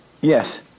Yes